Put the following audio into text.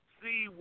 see